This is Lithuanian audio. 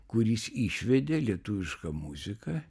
kuris išvedė lietuvišką muziką